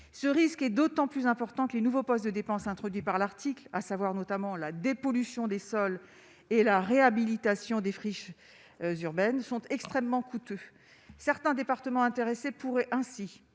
ce risque est d'autant plus important que les nouveaux postes de dépenses introduit par l'article, à savoir notamment la dépollution des sols et la réhabilitation des friches urbaines sont extrêmement coûteux, certains départements intéressés pourraient ainsi